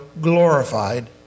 glorified